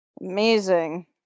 Amazing